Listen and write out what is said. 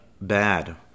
bad